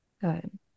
Good